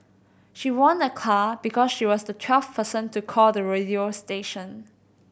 she won a car because she was the twelfth person to call the radio station